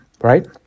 right